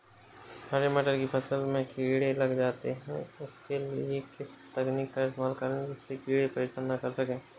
हरे मटर की फसल में कीड़े लग जाते हैं उसके लिए किस तकनीक का इस्तेमाल करें जिससे कीड़े परेशान ना कर सके?